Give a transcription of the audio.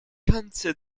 ganze